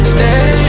Stay